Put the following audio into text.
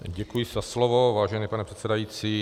Děkuji za slovo, vážený pane předsedající.